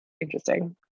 interesting